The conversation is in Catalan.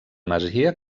masia